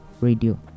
radio